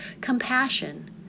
compassion